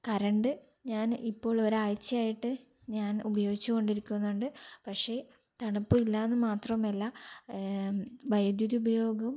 current ഞാന് ഇപ്പോൾ ഒരാഴ്ചയായിട്ട് ഞാന് ഉപയോഗിച്ചുകൊണ്ടിരിക്കുന്നുണ്ട് പക്ഷേ തണുപ്പില്ലാന്നു മാത്രമല്ല വൈദ്യുതിയുപയോഗം